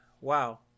Wow